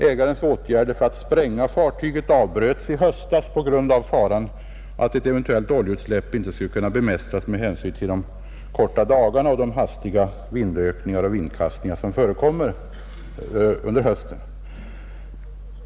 Ägarens åtgärder för att spränga fartyget avbröts i höstas på grund av faran för att ett eventuellt oljeutsläpp inte skulle kunna bemästras med hänsyn till de korta dagarna och de hastiga vindökningar och vindkast som förekommer under hösten.